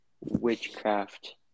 witchcraft